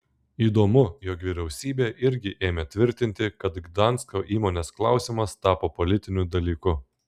įdomu jog vyriausybė irgi ėmė tvirtinti kad gdansko įmonės klausimas tapo politiniu dalyku